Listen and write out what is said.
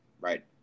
Right